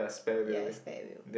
yes spare wheel